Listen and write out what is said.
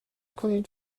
کنید